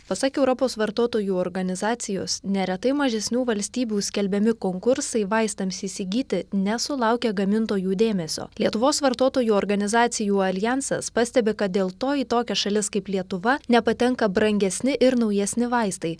pasak europos vartotojų organizacijos neretai mažesnių valstybių skelbiami konkursai vaistams įsigyti nesulaukia gamintojų dėmesio lietuvos vartotojų organizacijų aljansas pastebi kad dėl to į tokias šalis kaip lietuva nepatenka brangesni ir naujesni vaistai